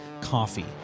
coffee